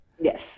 Yes